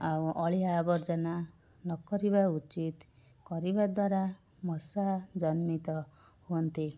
ଆଉ ଅଳିଆ ଆବର୍ଜନା ନକରିବା ଉଚିତ କରିବା ଦ୍ଵାରା ମଶା ଜନ୍ମିତ ହୁଅନ୍ତି